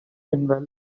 invalid